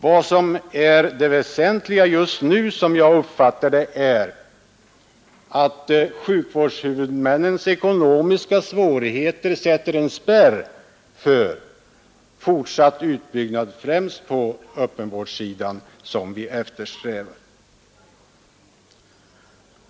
Vad jag just nu uppfattar som det väsentligaste är att sjukvårdshuvudmännens ekonomiska svårigheter sätter en spärr för den fortsatta utbyggnad, främst på öppenvårdssidan, som vi eftersträvar.